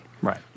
right